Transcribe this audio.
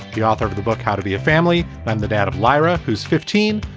the author of the book how to be a family man, the dad of lyra, who's fifteen,